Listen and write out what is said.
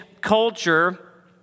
culture